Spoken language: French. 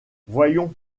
voyons